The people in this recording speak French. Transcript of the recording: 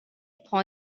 prend